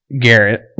Garrett